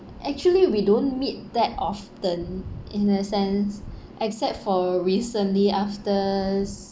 actually we don't meet that often in the sense except for recently after